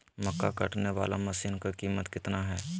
मक्का कटने बाला मसीन का कीमत कितना है?